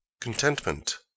Contentment